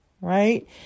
Right